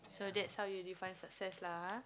so that's how you define success lah [huh]